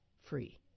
free